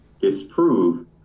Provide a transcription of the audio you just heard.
disprove